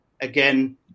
Again